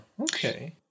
Okay